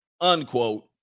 unquote